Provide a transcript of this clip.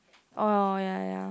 oh ya ya ya